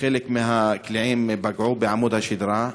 וחלק מהם פגעו בעמוד השדרה,